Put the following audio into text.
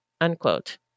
unquote